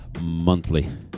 monthly